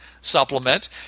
supplement